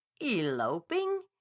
eloping